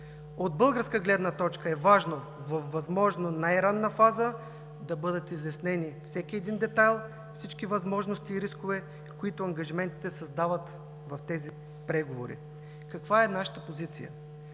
От българска гледна точка е важно във възможно най-ранна фаза да бъдат изяснени всеки един детайл, всички възможности и рискове, които ангажиментите създават в тези преговори. Каква е нашата позиция?